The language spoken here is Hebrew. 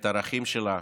את הערכים שלה,